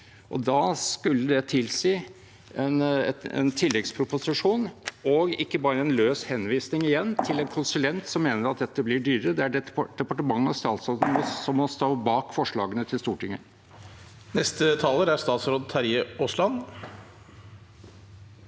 Da skulle det tilsi en tilleggsproposisjon og ikke bare en løs henvisning – igjen – til en konsulent som mener at dette blir dyrere. Det er departementet og statsråden som må stå bak forslagene til Stortinget. Statsråd Terje Aasland